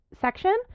section